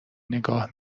نگاه